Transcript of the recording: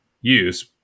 use